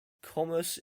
commerce